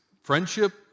Friendship